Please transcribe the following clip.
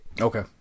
okay